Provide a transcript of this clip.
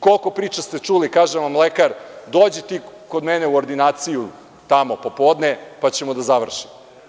Koliko ste priča čuli, kaže vam lekar – dođi ti kod mene u ordinaciju tamo popodne, pa ćemo da završimo?